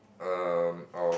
um of